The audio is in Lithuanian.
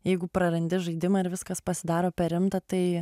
jeigu prarandi žaidimą ir viskas pasidaro per rimta tai